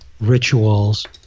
rituals